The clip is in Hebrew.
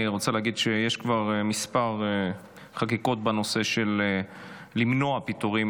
אני רוצה להגיד שיש כבר כמה חקיקות בנושא של למנוע פיטורים